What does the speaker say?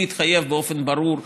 הוא התחייב באופן ברור,